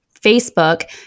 Facebook